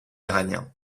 iranien